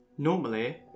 Normally